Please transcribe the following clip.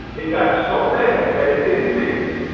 it got so bad that in many cities